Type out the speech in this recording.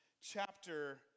chapter